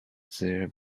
their